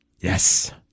Yes